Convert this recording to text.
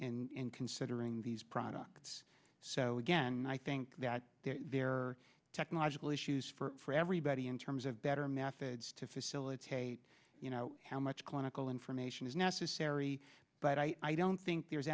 has in considering these products so again i think that there are technological issues for everybody in terms of better methods to facilitate you know how much clinical information is necessary but i don't think there's